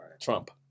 Trump